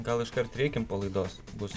gal iškart ir eikim po laidos bus